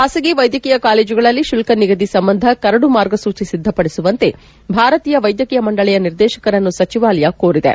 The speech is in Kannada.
ಬಾಸಗಿ ವ್ಲದ್ಧಕೀಯ ಕಾಲೇಜುಗಳಲ್ಲಿ ಶುಲ್ಲ ನಿಗದಿ ಸಂಬಂಧ ಕರಡು ಮಾರ್ಗಸೂಚ ಸಿದ್ದಪಡಿಸುವಂತೆ ಭಾರತೀಯ ವೈದ್ವಕೀಯ ಮಂಡಳಯ ನಿರ್ದೇಶಕರನ್ನು ಸಚಿವಾಲಯ ಕೋರಿದೆ